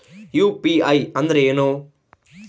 UPI ಅಂದ್ರೇನು?